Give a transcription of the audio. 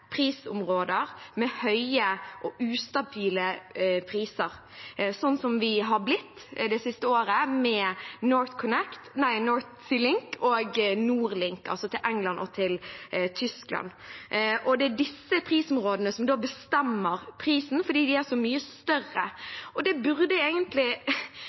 prisområder med høye og ustabile priser, sånn som vi har vært det siste året, med North Sea Link og Nordlink, altså til henholdsvis Storbritannia og Tyskland. Det er disse prisområdene som da bestemmer prisen, fordi de er så mye større, og det burde egentlig